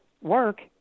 work